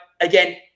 Again